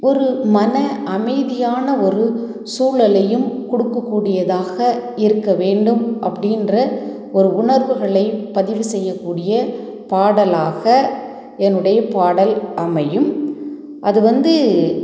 ஒரு மன அமைதியான ஒரு சூழலையும் கொடுக்க கூடியதாக இருக்க வேண்டும் அப்படின்ற ஒரு உணர்வுகளை பதிவு செய்ய கூடிய பாடலாக என்னுடைய பாடல் அமையும் அது வந்து